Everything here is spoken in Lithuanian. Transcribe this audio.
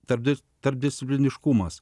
tarpdurio tarpdiscipliniškumas